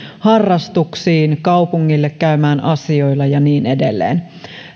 harrastuksiin kaupungille käymään asioilla ja niin edelleen